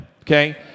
okay